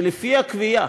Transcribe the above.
שלפי הקביעה,